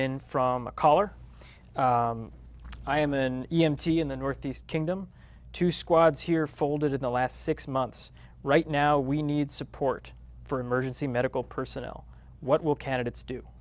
in from a caller i am an e m t in the northeast kingdom two squads here folded in the last six months right now we need support for emergency medical personnel what will candidates do